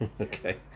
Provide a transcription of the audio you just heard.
Okay